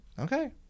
Okay